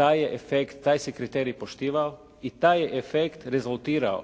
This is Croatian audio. taj se kriterij poštivao i taj je efekt rezultirao